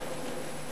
הוא אחרון הדוברים.